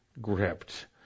gripped